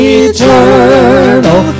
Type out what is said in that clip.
eternal